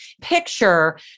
picture